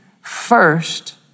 first